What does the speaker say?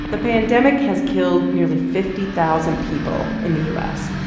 the pandemic has killed nearly fifty thousand people in the u s.